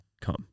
come